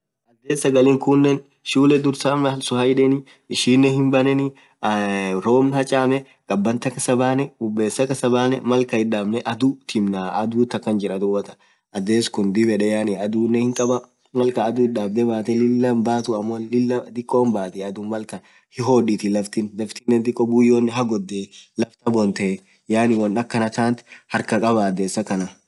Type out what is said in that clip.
adhes sagali shule dhursaa malsun hahidheniii ishinen hinbaneni eee Robb hachame khabathi hakhasabathe bubbes hakasbane malkan itdhabne adhuu thimna adhuuti akhan jirah dhuathan adhes dhib yed yaani adhunen hinkhabaa woo malkan adhun itdhadhe Lilah hinbathuu amoo Lilah dikko hinbathii dhuuub malkan hihodhithi laftin laftinen dikko buyoo hagodhee laft habonthee yaani won akhanathaa harkhakhaba